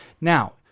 Now